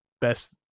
best